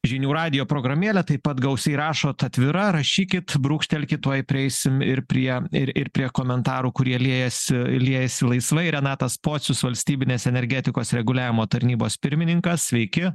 žinių radijo programėlė taip pat gausiai rašot atvira rašykit brūkštelkit tuoj prieisim ir prie ir ir prie komentarų kurie liejasi liejasi laisvai renatas pocius valstybinės energetikos reguliavimo tarnybos pirmininkas sveiki